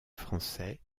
français